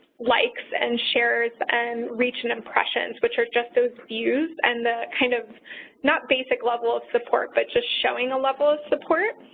likes and shares and reach and impressions, which are just those views and the kind of not basic level of support but just showing a level of support.